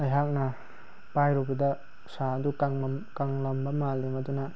ꯑꯩꯍꯥꯛꯅ ꯄꯥꯏꯔꯨꯕꯗ ꯎꯁꯥ ꯑꯗꯨ ꯀꯪꯂꯝꯕ ꯃꯥꯜꯂꯤ ꯃꯗꯨꯅ